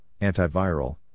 antiviral